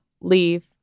leave